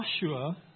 Joshua